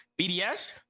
BDS